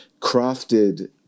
crafted